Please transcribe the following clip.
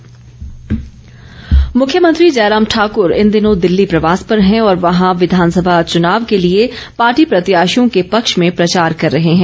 मुख्यमंत्री मुख्यमंत्री जयराम ठाकूर इन दिनों दिल्ली प्रवास पर हैं और वहां विधानसभा चुनाव के लिए पार्टी प्रत्याशियों के पक्ष में प्रचार कर रहे हैं